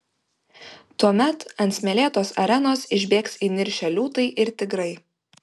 tuomet ant smėlėtos arenos išbėgs įniršę liūtai ir tigrai